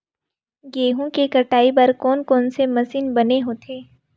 गेहूं के कटाई बर कोन कोन से मशीन बने होथे?